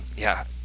yeah!